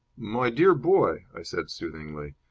my dear boy, i said, soothingly,